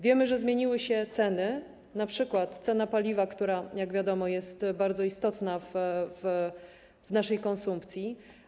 Wiemy, że zmieniły się ceny, np. cena paliwa, która - jak wiadomo - jest bardzo istotna w naszej konsumpcji.